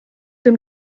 dem